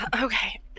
Okay